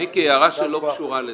הערה שלא קשורה לזה.